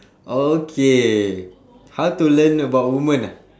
oh okay how to learn about woman ah